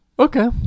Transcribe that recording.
Okay